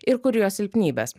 ir kur jo silpnybės